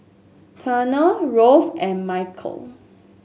Turner Rolf and Mikeal